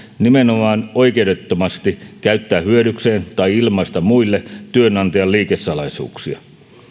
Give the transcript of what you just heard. nimenomaan oikeudettomasti käyttää hyödykseen tai ilmaista muille työnantajan liikesalaisuuksia